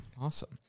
Awesome